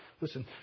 Listen